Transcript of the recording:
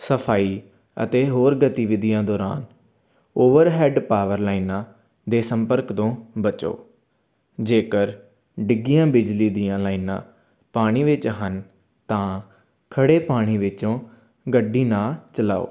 ਸਫ਼ਾਈ ਅਤੇ ਹੋਰ ਗਤੀਵਿਧੀਆਂ ਦੌਰਾਨ ਓਵਰਹੈਡ ਪਾਵਰ ਲਾਈਨਾਂ ਦੇ ਸੰਪਰਕ ਤੋਂ ਬਚੋ ਜੇਕਰ ਡਿੱਗੀਆਂ ਬਿਜਲੀ ਦੀਆਂ ਲਾਈਨਾਂ ਪਾਣੀ ਵਿੱਚ ਹਨ ਤਾਂ ਖੜ੍ਹੇ ਪਾਣੀ ਵਿੱਚੋਂ ਗੱਡੀ ਨਾ ਚਲਾਓ